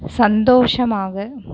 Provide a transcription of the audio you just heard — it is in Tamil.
சந்தோஷமாக